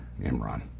Imran